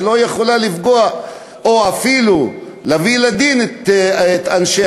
לא יכולה לפגוע או אפילו להביא לדין את אנשי